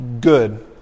good